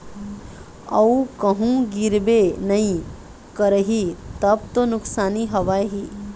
अऊ कहूँ गिरबे नइ करही तब तो नुकसानी हवय ही